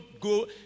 go